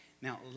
Now